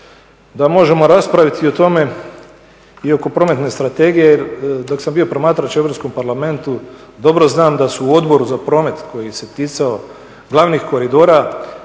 da možemo raspraviti o tome i oko Prometne strategije jer dok sam bio promatrač u Europskom parlamentu dobro znam da su u Odboru za promet, koji se ticao glavnih koridora,